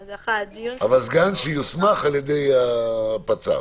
אבל סגן שיוסמך על ידי הפצ"ר.